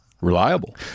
Reliable